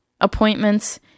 appointments